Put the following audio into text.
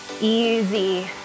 Easy